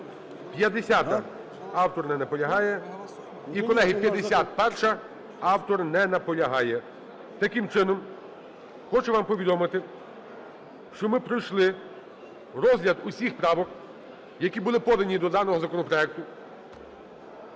50-а. Автор не наполягає. І, колеги, 51-а. Автор не наполягає. Таким чином, хочу вам повідомити, що ми пройшли розгляд всіх правок, які були подані до даного законопроекту,